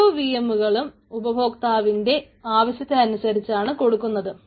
ഓരോ vm കളും ഉപഭോക്താവിന്റെ ആവശ്യത്തിനനുസരിച്ചാണ് കൊടുക്കുന്നത്